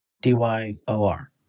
D-Y-O-R